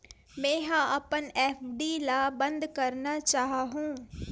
मेंहा अपन एफ.डी ला बंद करना चाहहु